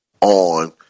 on